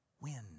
win